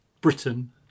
Britain